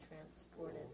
transported